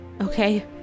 okay